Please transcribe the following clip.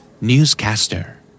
Newscaster